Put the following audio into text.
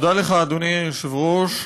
אדוני היושב-ראש,